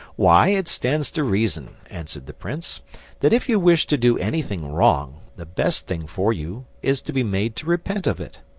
why, it stands to reason, answered the prince that if you wish to do anything wrong, the best thing for you is to be made to repent of it.